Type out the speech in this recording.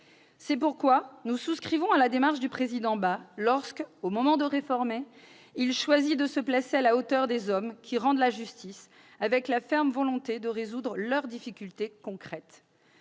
C'est pourquoi nous souscrivons à la démarche du président Philippe Bas lorsque, au moment de réformer, il choisit de se placer à la hauteur des hommes qui rendent la justice, avec la ferme volonté de résoudre leurs difficultés concrètes.